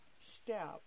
step